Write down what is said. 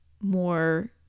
more